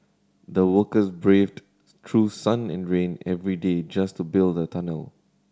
the workers braved through sun and rain every day just to build the tunnel